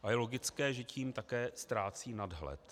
Je logické, že tím také ztrácí nadhled.